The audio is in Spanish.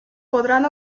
podrán